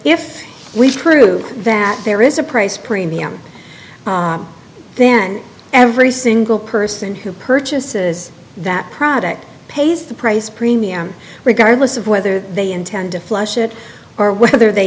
if we true that there is a price premium then every single person who purchases that product pays the price premium regardless of whether they intend to flush it or whether they